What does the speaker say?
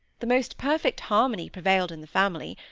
the most perfect harmony prevailed in the family,